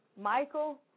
Michael